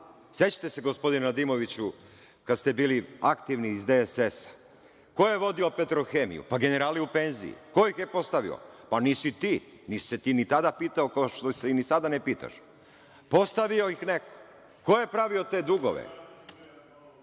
Sećate se gospodine Nedimoviću, kad ste bili aktivni iz DSS-a ko je vodio „Petrohemiju“? Pa, generalni u penziji. Ko ih je postavio? Pa, nisi ti, nisi se ti ni tada pitao kao što se ni sada ne pitaš. Postavio ih neko. Ko je pravio te dugove?